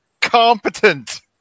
competent